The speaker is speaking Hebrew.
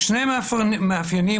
שני מאפיינים,